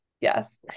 yes